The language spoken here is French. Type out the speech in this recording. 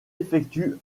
effectue